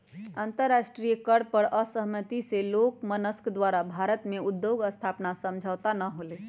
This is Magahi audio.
अंतरराष्ट्रीय कर पर असहमति से एलोनमस्क द्वारा भारत में उद्योग स्थापना समझौता न होलय